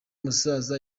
musaza